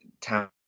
Town